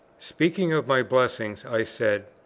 speaking of my blessings, i said,